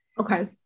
Okay